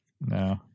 No